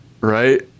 Right